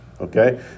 Okay